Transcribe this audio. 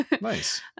Nice